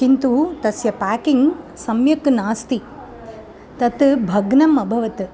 किन्तु तस्य पाकिङ्ग् सम्यक् नास्ति तत् भग्नम् अभवत्